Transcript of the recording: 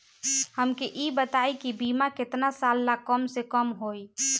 हमके ई बताई कि बीमा केतना साल ला कम से कम होई?